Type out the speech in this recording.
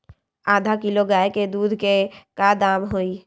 आधा किलो गाय के दूध के का दाम होई?